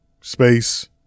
space